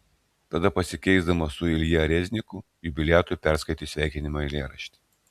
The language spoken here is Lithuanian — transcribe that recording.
tada pasikeisdama su ilja rezniku jubiliatui perskaitė sveikinimo eilėraštį